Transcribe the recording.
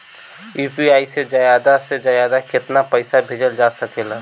UPI से ज्यादा से ज्यादा केतना पईसा भेजल जा सकेला?